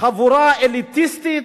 חבורה אליטיסטית,